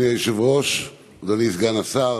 אדוני היושב-ראש, אדוני סגן השר,